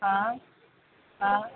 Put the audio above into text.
आं आं